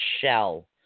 shell